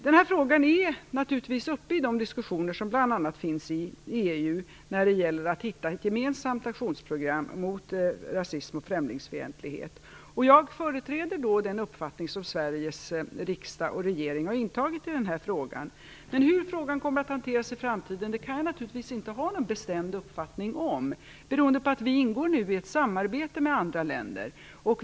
Den här frågan är naturligtvis uppe i de diskussioner som bl.a. förs i EU när det gäller att hitta ett gemensamt aktionsprogram mot rasism och främlingsfientlighet. Jag företräder den uppfattning som Sveriges riksdag och regering har intagit i den här frågan. Men hur frågan kommer att hanteras i framtiden kan jag naturligtvis inte ha någon bestämd uppfattning om, beroende på att vi nu ingår i ett samarbete med andra länder.